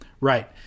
Right